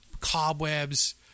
cobwebs